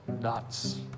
Nuts